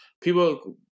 People